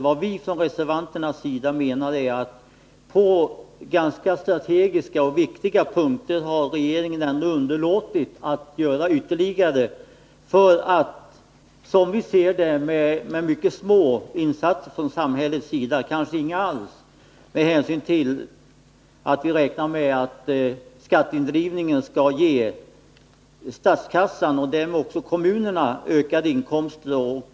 Vad vi reservanter menar är emellertid att regeringen på ganska strategiska och viktiga punkter ändå har underlåtit att göra ytterligare ansträngningar för vilka krävs, som vi ser det, mycket små insatser från samhällets sida — kanske inga alls med hänsyn till att vi räknar med att skatteindrivningen skall ge statskassan, och därmed också kommunerna, ökade inkomster.